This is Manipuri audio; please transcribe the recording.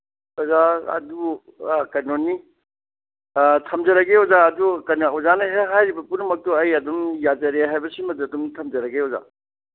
ꯑꯣꯖꯥ ꯑꯗꯨ ꯀꯩꯅꯣꯅꯤ ꯊꯝꯖꯔꯒꯦ ꯑꯣꯖꯥ ꯑꯗꯨ ꯀꯩꯅꯣ ꯑꯣꯖꯥꯅ ꯍꯦꯛ ꯍꯥꯏꯔꯤꯕ ꯄꯨꯝꯅꯃꯛꯇꯨ ꯑꯩ ꯑꯗꯨꯝ ꯌꯥꯖꯔꯦ ꯍꯥꯏꯕꯁꯤꯃꯗꯤ ꯑꯗꯨꯝ ꯊꯝꯖꯔꯒꯦ ꯑꯣꯖꯥ